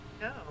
No